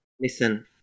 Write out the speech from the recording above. Listen